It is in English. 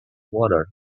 water